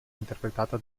interpretata